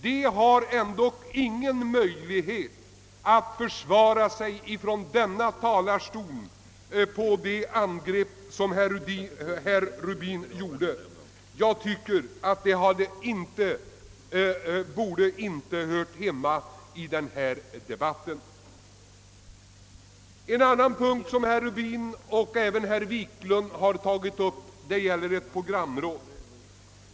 Dessa har ingen möjlighet att från denna talarstol försvara sig mot herr Rubins angrepp, som enligt min mening inte hör hemma i den här debatten. En annan fråga som herr Rubin, liksom herr Wiklund, tagit upp gäller ett programråd.